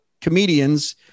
comedians